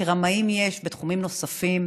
כי רמאים יש בתחומים נוספים: